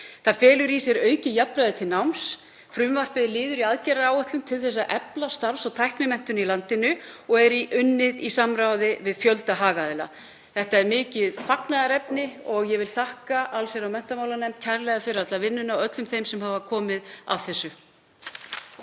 Það felur í sér aukið jafnræði til náms. Frumvarpið er liður í aðgerðaáætlun til að efla starfs- og tæknimenntun í landinu og er unnið í samráði við fjölda hagaðila. Þetta er mikið fagnaðarefni og vil ég þakka hv. allsherjar- og menntamálanefnd kærlega fyrir alla vinnuna og öllum þeim sem hafa komið að þessu.